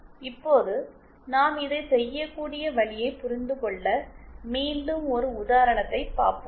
இப்போது நாம் இதைச் செய்யக்கூடிய வழியைப் புரிந்து கொள்ள மீண்டும் ஒரு உதாரணத்தைப் பார்ப்போம்